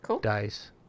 dice